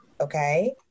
okay